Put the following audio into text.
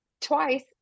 twice